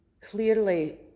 clearly